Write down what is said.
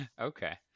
Okay